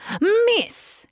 Miss